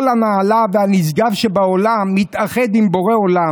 כל הנעלה והנשגב שבעולם מתאחד עם בורא עולם.